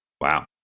wow